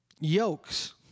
Yokes